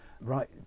right